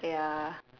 ya